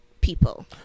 people